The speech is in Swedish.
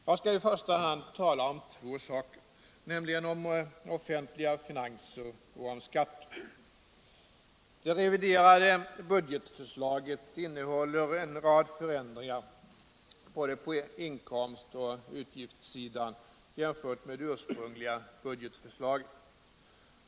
Jag skall tala om i första hand två saker, nämligen om offentliga finanser och om skatter. Det reviderade budgetförslaget innehåller en rad förändringar på både inkomstoch utgiftssidan jämfört med det ursprungliga budgetförslaget.